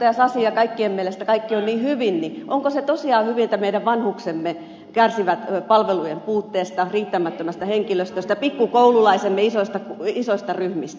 sasin ja kaikkien mielestä kaikki on niin hyvin niin onko se tosiaan hyvin että meidän vanhuksemme kärsivät palvelujen puutteesta riittämättömästä henkilöstöstä ja pikku koululaisemme isoista ryhmistä